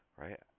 right